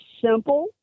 simple